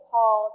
Paul